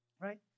right